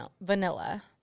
vanilla